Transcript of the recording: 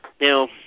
Now